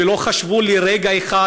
ולא חשבו לרגע אחד,